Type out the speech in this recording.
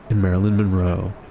and marilyn monroe,